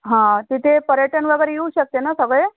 हां तिथे पर्यटन वगैरे येऊ शकते ना सगळे